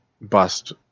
bust